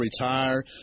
retire